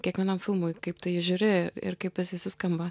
kiekvienam filmui kaip tu jį žiūri ir kaip jisai suskamba